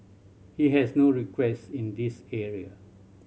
he has no request in this area